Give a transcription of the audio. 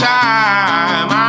time